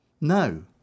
No